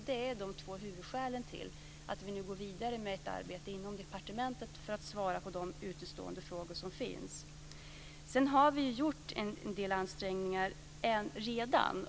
Det är de två huvudskälen till att vi nu går vidare med ett arbete inom departementet för att svara på de utestående frågor som finns. Sedan har vi gjort en del ansträngningar redan.